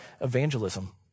evangelism